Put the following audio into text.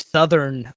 Southern